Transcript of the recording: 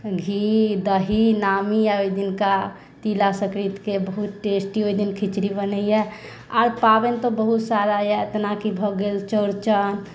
घी दही नामी अछि ओहि दिनका तिला सङ्क्रान्ति बहुत टेस्टी ओहि दिन खिचड़ी बनैया आओर पाबनि तऽ बहुत सारा अछि जेनाकि भए गेल चौरचन